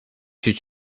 should